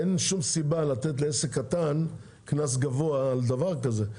אין שום סיבה לתת לעסק קטן קנס גבוה על דבר הזה.